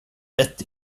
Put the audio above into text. rätt